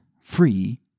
free